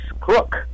crook